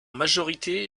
majorité